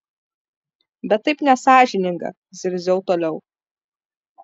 bet taip nesąžininga zirziau toliau